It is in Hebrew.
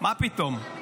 מה פתאום?